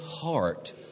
heart